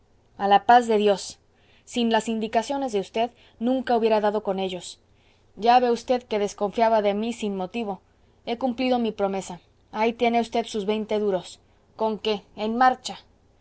a la paz de dios sin las indicaciones de v nunca hubiera dado con ellos ya ve v que desconfiaba de mí sin motivo he cumplido mi promesa ahí tiene v sus veinte duros conque en marcha